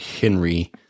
Henry